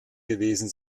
gewesen